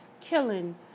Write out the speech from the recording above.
killing